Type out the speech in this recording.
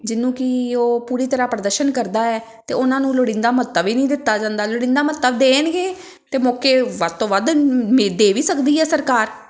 ਜਿਹਨੂੰ ਕੀ ਉਹ ਪੂਰੀ ਤਰ੍ਹਾਂ ਪ੍ਰਦਰਸ਼ਨ ਕਰਦਾ ਹੈ ਅਤੇ ਉਹਨਾਂ ਨੂੰ ਲੋੜੀਂਦਾ ਮਹੱਤਵ ਹੀ ਨਹੀਂ ਦਿੱਤਾ ਜਾਂਦਾ ਲੋੜੀਂਦਾ ਮਹੱਤਵ ਦੇਣਗੇ ਤਾਂ ਮੌਕੇ ਵੱਧ ਤੋਂ ਵੱਧ ਦੇ ਵੀ ਸਕਦੀ ਹੈ ਸਰਕਾਰ